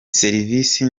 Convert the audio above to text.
serivisi